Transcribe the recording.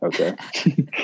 Okay